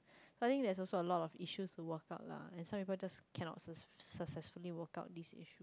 but the thing that's also a lot of issues to walk out lah and some people just cannot success successfully walk out this